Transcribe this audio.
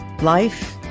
life